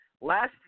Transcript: last